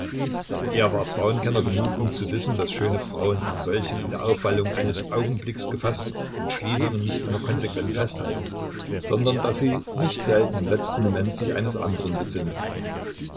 er war frauenkenner genug um zu wissen daß schöne frauen an solchen in der aufwallung eines augenblicks gefaßten entschließungen nicht immer konsequent festhalten sondern daß sie nicht selten im letzten moment sich eines andern besinnen